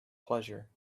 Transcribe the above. pleasure